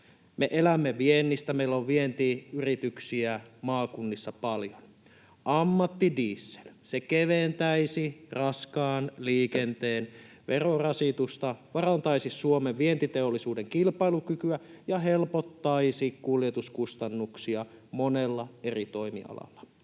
Me elämme viennistä. Meillä on vientiyrityksiä maakunnissa paljon. Ammatti-diesel keventäisi raskaan liikenteen verorasitusta, parantaisi Suomen vientiteollisuuden kilpailukykyä ja helpottaisi kuljetuskustannuksia monella eri toimialalla.